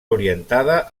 orientada